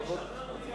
למה?